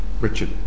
Richard